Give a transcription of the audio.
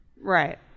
right